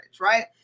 Right